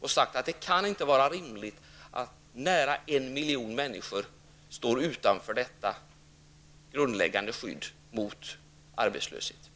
och sagt att det inte kan vara rimligt att nära en miljon människor står utanför detta grundläggande skydd mot arbetslöshet.